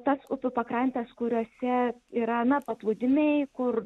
tas upių pakrantes kuriose yra na paplūdimiai kur